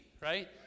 right